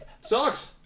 Sucks